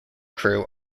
crew